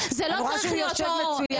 זה לא צריך להיות ככה,